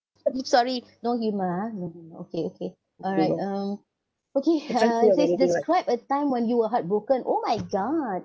okay sorry no humour ah no humour okay okay alright um okay uh it says describe a time when you were heartbroken oh my god